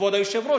כבוד היושב-ראש,